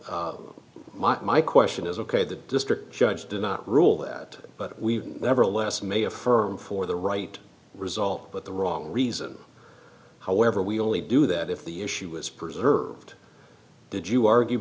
my question is ok the district judge did not rule that but we never last may affirm for the right result but the wrong reason however we only do that if the issue is preserved did you argue